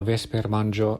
vespermanĝo